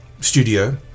studio